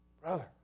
Brother